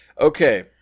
Okay